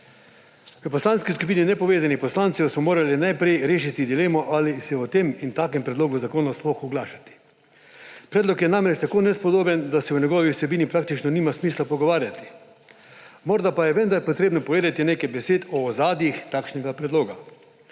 V Poslanski skupini nepovezanih poslancev smo morali najprej rešiti dilemo, ali se o tem in takem predlogu zakona sploh oglašati. Predlog je namreč tako nespodoben, da se o njegovi vsebini praktično nima smisla pogovarjati. Morda pa je vendar potrebno povedati nekaj besed o ozadjih takšnega predloga.